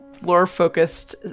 lore-focused